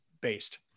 based